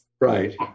Right